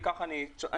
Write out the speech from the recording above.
כך אני מציע,